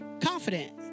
confident